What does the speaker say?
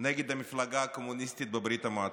נגד המפלגה הקומוניסטית בברית המועצות.